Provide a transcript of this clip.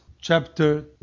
chapter